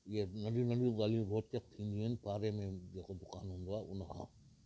इहे नंढियूं नंढियूं ॻाल्हियूं रोचक थींदियूं आहिनि पाड़े में जेको दुकान हूंदो आहे उन खां